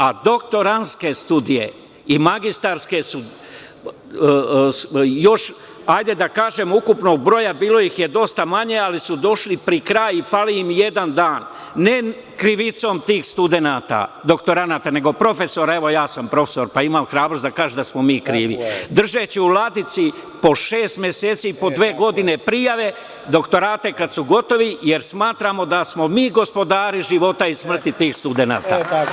A doktorantske studije i magistarske, bilo ih je dosta manje, ali su došli pred kraj i fali im jedan dan, ne krivicom tih studenata, doktoranata, nego profesora, evo, ja sam profesor i imam hrabrost da kažem da smo mi krivi, držeći u ladici po šest meseci i po dve godine prijave, doktorate, kad su gotovi, jer smatramo da smo mi gospodari života i smrti tih studenata.